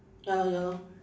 ya lor ya lor